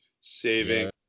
Saving